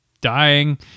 dying